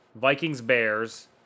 Vikings-Bears